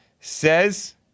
says